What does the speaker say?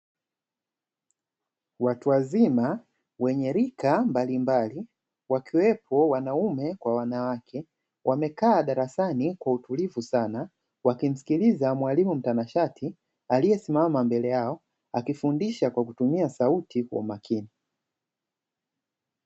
Watu wazima wenye rika mbalimbali, wakiwepo wanaume kwa wanawake, wamekaa darasani kwa utulivu sana wakimsikiliza mwalimu mtanashati aliyesimama mbele yao, akifundisha kwa kutumia sauti kwa makini.